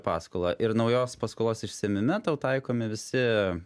paskolą ir naujos paskolos išsiemime tau taikomi visi